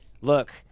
look